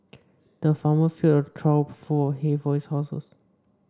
the farmer filled a trough full of hay for his horses